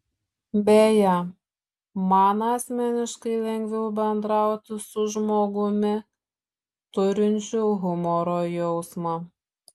beje man asmeniškai lengviau bendrauti su žmogumi turinčiu humoro jausmą